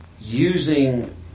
using